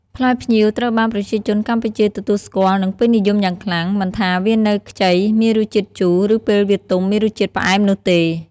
ផ្លែផ្ញៀវត្រូវបានប្រជាជនកម្ពុជាទទួលស្គាល់ និងពេញនិយមយ៉ាងខ្លាំង មិនថាវានៅខ្ចីមានរសជាតិជូរ ឬពេលវាទុំមានរសជាតិផ្អែមនោះទេ។